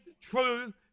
true